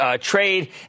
trade